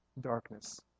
darkness